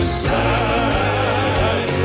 side